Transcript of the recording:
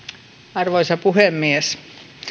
arvoisa puhemies